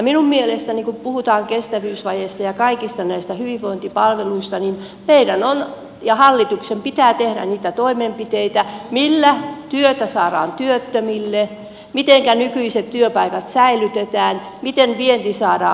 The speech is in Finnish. minun mielestäni kun puhutaan kestävyysvajeesta ja kaikista näistä hyvinvointipalveluista meidän ja hallituksen pitää tehdä niitä toimenpiteitä millä työtä saadaan työttömille mitenkä nykyiset työpaikat säilytetään miten vienti saadaan vetämään